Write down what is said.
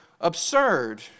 absurd